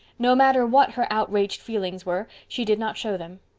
no matter what her outraged feelings were she did not show them.